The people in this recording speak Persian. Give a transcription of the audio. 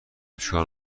چیکار